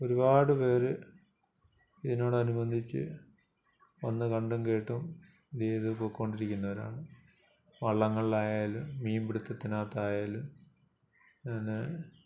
ഒരുപാട് പേർ ഇതിനോടനുബന്ധിച്ച് വന്ന് കണ്ടും കേട്ടും ഇത് പൊയ്ക്കൊണ്ടിരിക്കുന്നവരാണ് വള്ളംങ്ങളായാലും മീൻപിടിത്തത്തിനകത്തായാലും പിന്നെ